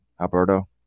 Alberto